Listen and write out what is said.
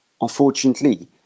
Unfortunately